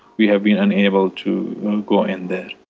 we have been unable to go in there.